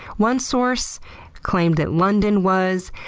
one source claimed that london was.